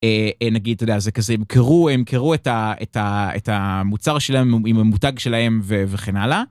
אה, אה, נגיד אתה יודע, זה כזה ימכרו ימכרו את ה, את ה, את המוצר שלהם עם המותג שלהם וכן הלאה.